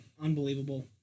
Unbelievable